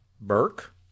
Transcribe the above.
Burke